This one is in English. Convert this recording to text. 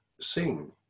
sing